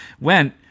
went